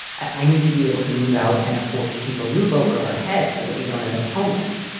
i need to be able to move out and afford to keep a roof over our heads so that we don't end up homeless.